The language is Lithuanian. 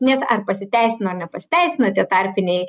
nes ar pasiteisino ar nepasiteisino tie tarpiniai